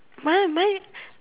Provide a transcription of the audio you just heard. mine my